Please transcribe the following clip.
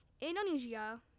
Indonesia